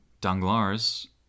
Danglars